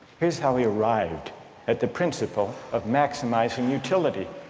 here's how we arrived at the principle of maximizing utility.